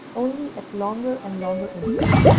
only at longer and longer intervals.